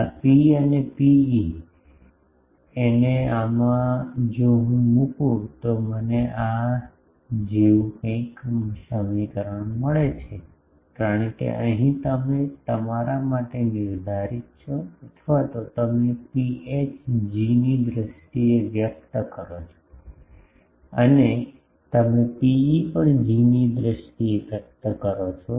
આ ρ આ ρe અને આમાં જો હું મુકું તો મને આ જેવું કોઈ સમીકરણ મળે છે કારણ કે અહીં તમે તમારા માટે નિર્ધારિત છો અથવા તો તમે ρh G ની દ્રષ્ટિએ વ્યક્ત કરો છો અને તમે ρe પણ G ની દ્રષ્ટિએ વ્યક્ત કરો છો